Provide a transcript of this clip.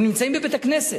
הם נמצאים בבית-הכנסת.